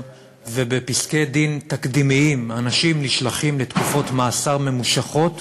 ובפסקי-דין תקדימיים אנשים נשלחים לתקופות מאסר ממושכות